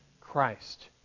Christ